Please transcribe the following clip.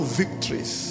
victories